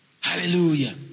Hallelujah